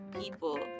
people